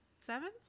seven